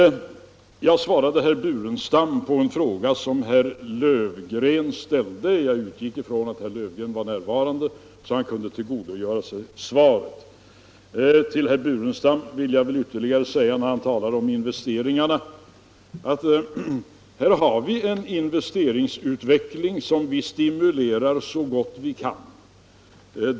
Jag svarade herr Burenstam Linder på en fråga som herr Löfgren ställde. Jag utgick ifrån att herr Löfgren var närvarande så att han kunde tillgodogöra sig svaret. Till herr Burenstam Linder vill jag ytterligare säga, när han talar om investeringarna, att vi stimulerar investeringsutvecklingen så gott vi kan.